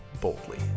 boldly